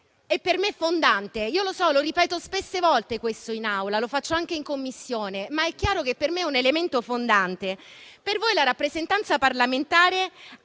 per me fondante. Lo so, lo ripeto spesse volte in Aula e lo faccio anche in Commissione, ma è chiaro che per me è un elemento fondante. Per voi la rappresentanza parlamentare